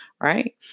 Right